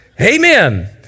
Amen